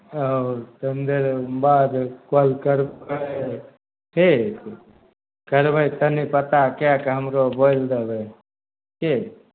ओ कनि देर बाद कॉल करबै ठीक करबै तनि पता कए कऽ हमरो बोलि देबै की